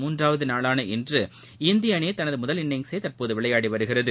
மூன்றாவதுநாளான இன்று இந்தியஅணிதனதுமுதல் இன்னிங்சைதற்போதுவிளையாடிவருகிறது